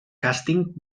càsting